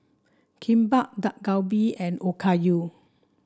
Kimbap Dak Galbi and Okayu